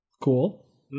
cool